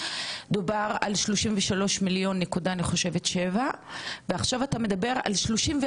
דובר על 33.7 ועכשיו אתה מדבר על 34,